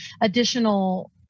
additional